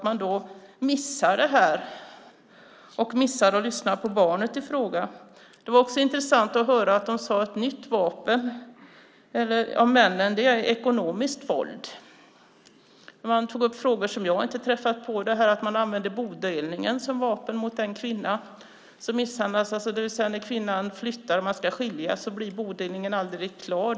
Man missar då att lyssna på barnet i fråga. Det var också intressant att höra att de sade att ett nytt vapen för männen är ekonomiskt våld. De tog upp frågor som jag inte träffat på. Man använder bodelningen som vapen mot den kvinna som de misshandlat, det vill säga att när kvinnan flyttar och man ska skiljas blir bodelningen aldrig klar.